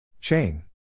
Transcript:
Chain